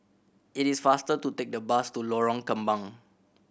it is faster to take the bus to Lorong Kembang